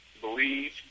believe